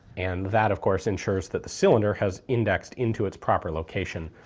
and that of course ensures that the cylinder has indexed into its proper location,